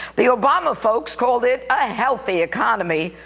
the obama folks called it a healthy economy,